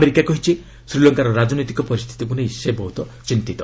America କହିଛି ଶ୍ରୀଲଙ୍କାର ରାଜନୈତିକ ପରିସ୍ଥିତିକୁ ନେଇ ସେ ବହୁତ ଚିନ୍ତିତ